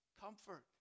Comfort